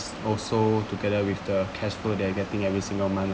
also together with the cashflow they're getting every single month